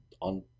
on